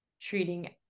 treating